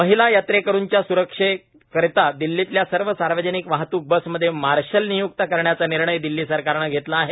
महिला यात्रेकरूंच्या सुरक्षे करीता दिल्लीतल्या सर्व सार्वजनिक वाहतूक बस मध्ये मार्शल निय्क्त करण्याचा निर्णय दिल्ली सरकारनं घेतला आहे